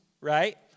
right